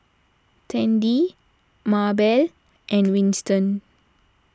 Tandy Maebell and Winston